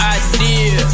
idea